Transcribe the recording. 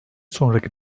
sonraki